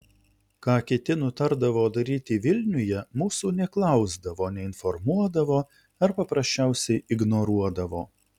ką kiti nutardavo daryti vilniuje mūsų neklausdavo neinformuodavo ar paprasčiausiai ignoruodavo